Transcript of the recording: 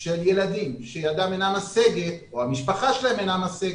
של ילדים שידם אינה משגת או יד המשפחה שלהם אינה משגת,